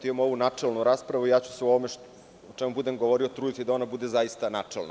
Imamo ovu načelnu raspravu i ja ću se o ovome o čemu budem govorio truditi da ona bude zaista načelna.